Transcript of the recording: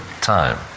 time